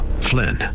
Flynn